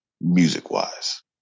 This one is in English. music-wise